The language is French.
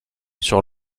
sur